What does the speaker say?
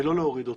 ולא להורידו.